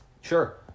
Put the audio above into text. Sure